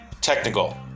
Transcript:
technical